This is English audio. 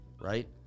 right